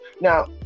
Now